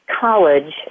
college